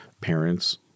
parents